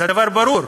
אז הדבר ברור: